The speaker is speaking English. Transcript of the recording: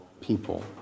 people